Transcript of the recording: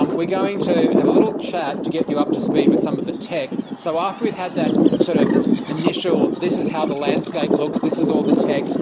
um we're going to have a little chat to get you up to speed with some of the tech. so after we've had that sort of initial this is how the landscape looks, this is all the tech,